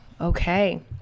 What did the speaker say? okay